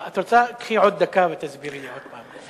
את רוצה, קחי עוד דקה ותסבירי לי עוד פעם.